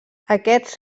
aquests